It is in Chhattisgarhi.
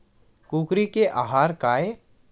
कुकरी के आहार काय?